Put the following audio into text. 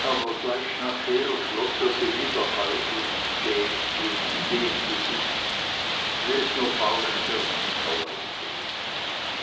aber gleich nachher schloß er sie wieder halb und gähnte und dehnte sich wie es nur faulen hirten erlaubt ist